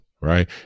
right